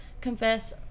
confess